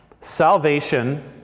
Salvation